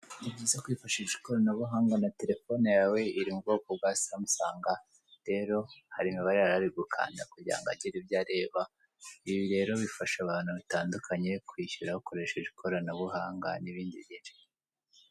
Ni byiza kwifashisha ikoranabuhanga na telefone yawe iri mu bwoko bwa samusanga rero hari imibare yarari gukanda kugira ngo agire ibyo areba, ibi rero bifasha abantu bitandukanye kwishyura bakoresheje ikoranabuhanga n'ibindi byinshi.